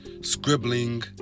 scribbling